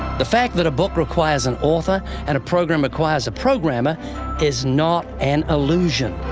the fact that a book requires an author and a program requires a programmer is not an illusion.